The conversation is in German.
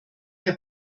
der